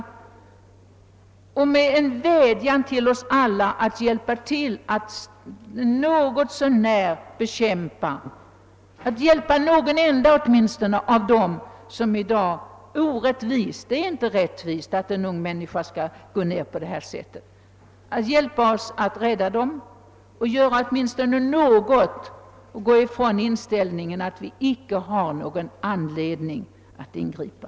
Man kan nu bara vädja till oss alla att hjälpa till att försöka rädda åtminstone en del av dem som orättvist har råkat i svårigheter — det är inte rättvist att en ung människa skall behöva gå under. Vi måste få hjälp att rädda dem, och vi måste göra åtminstone något för att komma ifrån inställningen att riksdagen icke har någon anledning att ingripa.